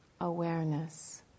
awareness